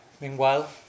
meanwhile